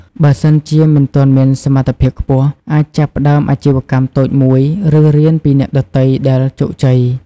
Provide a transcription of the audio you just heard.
បើសិនជាមិនទាន់មានសត្ថភាពខ្ពស់ អាចចាប់ផ្តើមអាជីវកម្មតូចមួយ ឬរៀនពីអ្នកដទៃដែលជោគជ័យ។